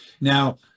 Now